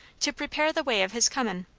to prepare the way of his comin'.